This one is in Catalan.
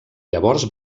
llavors